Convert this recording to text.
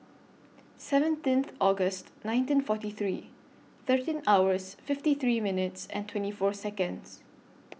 seventeenth August nineteen forty three thirteen hours fifty three minutes and twenty four Seconds